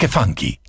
funky